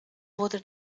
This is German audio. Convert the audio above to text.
wurde